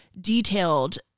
detailed